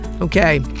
Okay